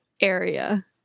area